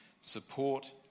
support